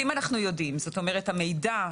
ומחשבים לראות האם מתחילה להיות עלייה מאיזושהי מדינה.